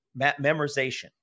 memorization